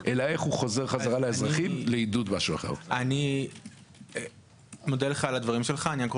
מה שמוכיח שהיישום של החוק המקורי בכל מקרה הכסף לא מגיע למדינה.